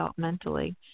developmentally